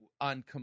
on